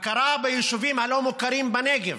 הכרה ביישובים הלא-מוכרים בנגב.